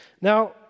Now